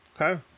okay